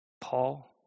Paul